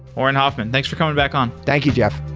auren hoffman, thanks for coming back on. thank you, jeff.